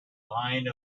line